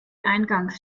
eingangs